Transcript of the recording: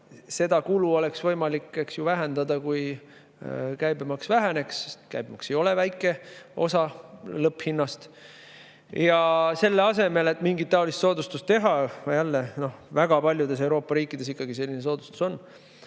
Seda kulu oleks võimalik vähendada, kui käibemaks väheneks, sest käibemaks ei ole väike osa lõpphinnast. Selle asemel et mingit taolist soodustust teha – väga paljudes Euroopa riikides selline soodustus on